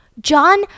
John